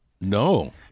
No